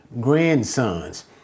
grandsons